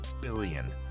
billion